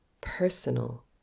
personal